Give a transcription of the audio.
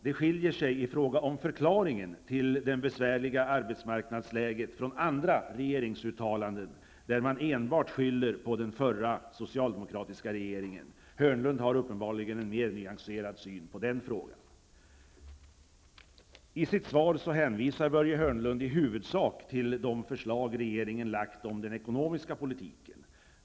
Det skiljer sig i fråga om förklaringen till det besvärliga arbetsmarknadsläget från andra regeringsuttalanden, där man enbart skyller på den förra, socialdemokratiska, regeringen. Börje Hörnlund har uppenbarligen en mer nyanserad syn på den frågan. I sitt svar hänvisar Börje Hörnlund i huvudsak till de förslag regeringen framlagt om den ekonomiska politiken.